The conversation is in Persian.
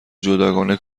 جداگانه